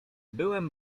byłem